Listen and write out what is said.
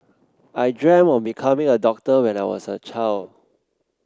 I dreamt of becoming a doctor when I was a child